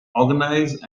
organize